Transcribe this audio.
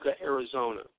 Arizona